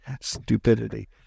stupidity